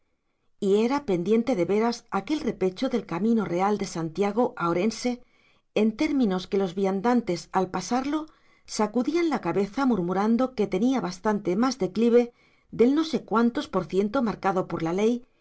y era pendiente de veras aquel repecho del camino real de santiago a orense en términos que los viandantes al pasarlo sacudían la cabeza murmurando que tenía bastante más declive del no sé cuántos por ciento marcado por la ley